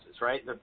right